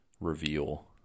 reveal